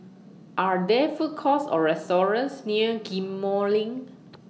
Are There Food Courts Or restaurants near Ghim Moh LINK